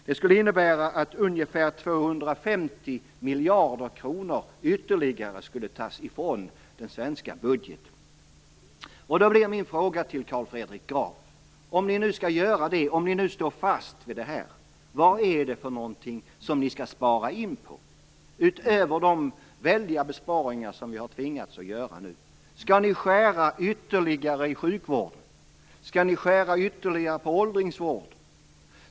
Det skulle innebära att ungefär 250 miljarder kronor ytterligare skulle tas ifrån den svenska budgeten. Då blir min fråga till Carl Fredrik Graf: Om ni står fast vid detta, vad är det som ni skall spara in på utöver de väldiga besparingar som vi nu har tvingats att göra? Skall ni skära ytterligare i sjukvården? Skall ni skära ytterligare i åldringsvården?